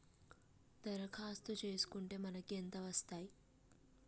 దరఖాస్తు చేస్కుంటే మనకి ఎంత వస్తాయి?